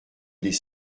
des